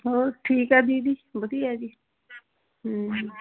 ਹੋਰ ਠੀਕ ਆ ਦੀਦੀ ਵਧੀਆ ਜੀ